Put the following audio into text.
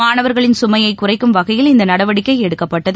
மாணவர்களின் சுமையைகுறைக்கும் வகையில் இந்தநடவடிக்கைஎடுக்கப்பட்டது